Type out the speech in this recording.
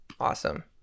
Awesome